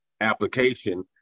application